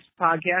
podcast